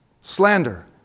slander